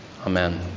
Amen